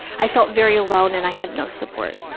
i felt very alone and i had no support.